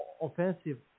offensive